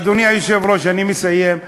אדוני היושב-ראש, אני מסיים.